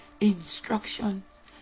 instructions